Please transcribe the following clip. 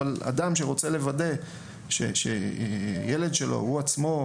אבל אדם שירצה לוודא לגבי הילד שלו או לגבי עצמו,